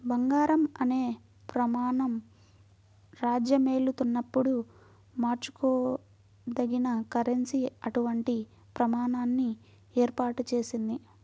బంగారం అనే ప్రమాణం రాజ్యమేలుతున్నప్పుడు మార్చుకోదగిన కరెన్సీ అటువంటి ప్రమాణాన్ని ఏర్పాటు చేసింది